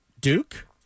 Duke